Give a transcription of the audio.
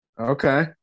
Okay